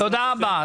בעזרת השם,